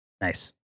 Nice